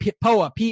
poa